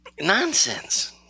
nonsense